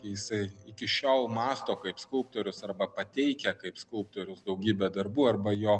jisai iki šiol mąsto kaip skulptorius arba pateikia kaip skulptorius daugybę darbų arba jo